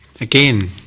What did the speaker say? again